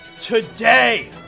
today